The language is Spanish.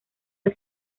del